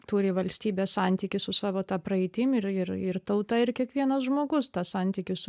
turi valstybė santykį su savo ta praeitim ir ir ir tauta ir kiekvienas žmogus tą santykį su